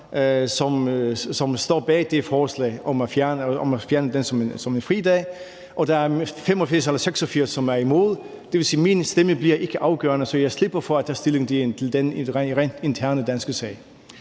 som står bag det forslag om at fjerne den som en fridag, og der er 85 eller 86, som er imod. Det vil sige, at min stemme ikke bliver afgørende, så jeg slipper for at tage stilling til denne rent interne danske sag.